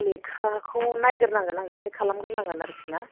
लेखाखौ नायग्रोनांगोन आं चेक खालामग्रोनांगोन आरो ना